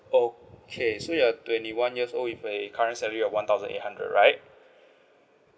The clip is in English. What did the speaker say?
okay so you are twenty one years old with a current salary of one thousand eight hundred right